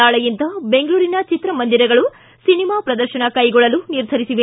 ನಾಳೆಯಿಂದ ಬೆಂಗಳೂರಿನ ಚಿತ್ರಮಂದಿರಗಳು ಸಿನಿಮಾ ಪ್ರದರ್ಶನ ಕೈಗೊಳ್ಳಲು ನಿರ್ಧರಿಸಿದೆ